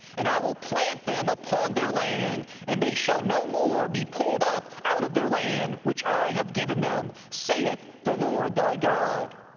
and i will plant them upon their land, and they shall no more be pulled up out of their land which i have given them, saith the lord thy god.